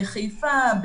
בחיפה,